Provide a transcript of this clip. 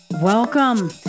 welcome